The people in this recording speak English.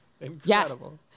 Incredible